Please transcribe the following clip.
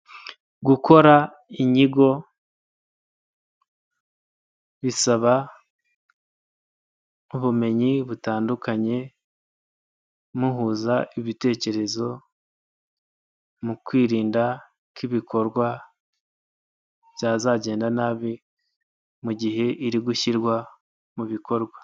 Gukora inyigo bisaba ubumenyi butandukanye, muhuza ibitekerezo mu kwirinda ko ibikorwa byazagenda nabi mu gihe iri gushyirwa mu bikorwa.